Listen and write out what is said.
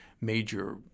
major